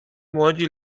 młodzi